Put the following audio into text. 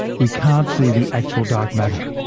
we can't see the actual dark matter.